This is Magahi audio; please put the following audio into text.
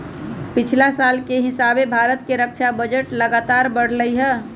पछिला साल के हिसाबे भारत के रक्षा बजट लगातार बढ़लइ ह